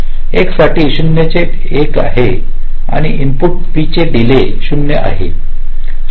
x साठी x चे delay 1 आहे आणि इनपुट b चे डीले जे 0 आहे